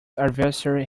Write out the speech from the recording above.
adversary